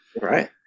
right